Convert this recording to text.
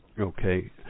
Okay